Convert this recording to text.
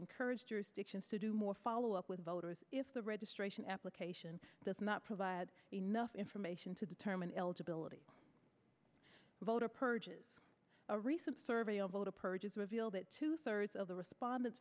encourage jurisdictions to do more follow up with voters if the registration application does not provide enough information to determine eligibility voter purges a recent survey of voter purges reveal that two thirds of the responde